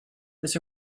was